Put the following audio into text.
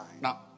Now